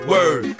Word